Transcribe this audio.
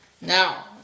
now